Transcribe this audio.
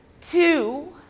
two